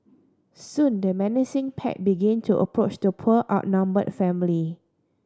soon the menacing pack begin to approach the poor outnumbered family